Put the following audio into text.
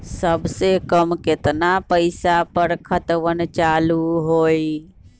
सबसे कम केतना पईसा पर खतवन चालु होई?